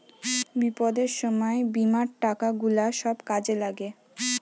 বিপদের সময় বীমার টাকা গুলা সব কাজে লাগে